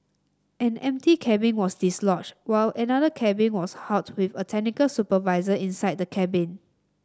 an empty cabin was dislodged while another cabin was halted with a technical supervisor inside the cabin